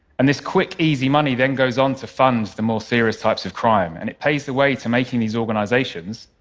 and this quick, easy money then goes on to fund the more serious types of crime, and it pays the way to making these organizations,